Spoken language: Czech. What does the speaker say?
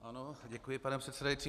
Ano, děkuji, pane předsedající.